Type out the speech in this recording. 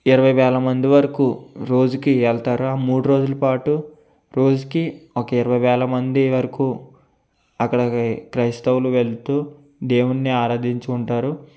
ఇరవై వేల మంది వరకు రోజుకి వెళ్తారు ఆ మూడు రోజుల పాటు రోజుకి ఒక ఇరవై వేల మంది వరకు అక్కడికి క్రైస్తవులు వెళుతు దేవుని ఆరాధించుకుంటారు